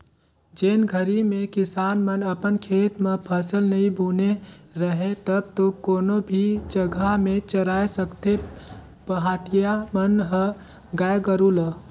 जेन घरी में किसान मन अपन खेत म फसल नइ बुने रहें तब तो कोनो भी जघा में चराय सकथें पहाटिया मन ह गाय गोरु ल